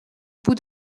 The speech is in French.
bout